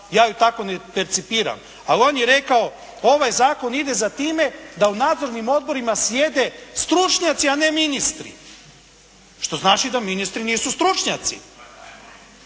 ja ju tako ne percipiram, ali on je rekao ovaj zakon ide za time da u nadzornim odborima sjede stručnjaci a ne ministri, što znači da ministri nisu stručnjaci.